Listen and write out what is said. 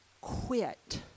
quit